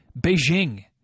Beijing